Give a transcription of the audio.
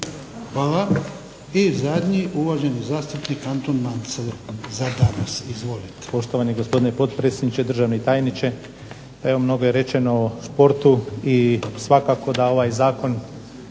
Hvala. I zadnji uvaženi zastupnik Anton Mance. Za danas. Izvolite.